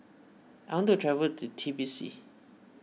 I want to travel to Tbilisi